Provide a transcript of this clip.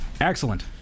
Excellent